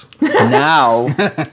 now